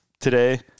today